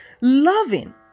Loving